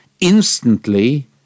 instantly